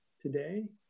today